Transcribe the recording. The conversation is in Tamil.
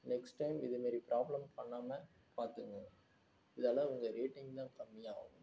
நெக்ஸ்ட் டைம் இதுமாரி ப்ராப்ளம் பண்ணாம பார்த்துங்க இதால் உங்கள் ரேட்டிங் தான் கம்மியாகவும்